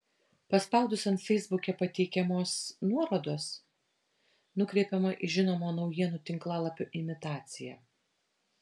paspaudus ant feisbuke patiekiamos nuorodos nukreipiama į žinomo naujienų tinklalapio imitaciją